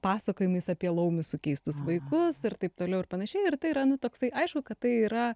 pasakojimais apie laumių sukeistus vaikus ir taip toliau ir panašiai ir tai yra nu toksai aišku kad tai yra